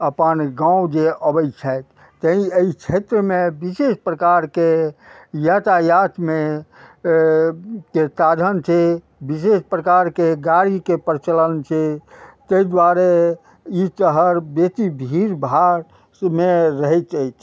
अपन गाँव जे अबय छथि तैं अइ क्षेत्रमे विशेष प्रकारके यातायातमे के साधन छै विशेष प्रकारके गाड़ीके प्रचलन छै तै दुआरे ई तहर बेसी भीड़ भाड़मे रहैत अछि